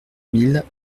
mille